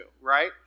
right